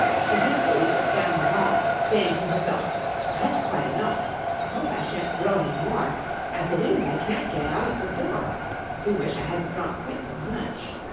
she hastily put down the bottle, saying to herself that's quite enough i hope i shan't grow any more as it is, i can't get out at the door i do wish i hadn't drunk quite so much